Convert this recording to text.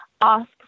ask